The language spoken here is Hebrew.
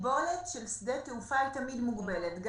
הקיבולת של שדה תעופה תמיד מוגבלת.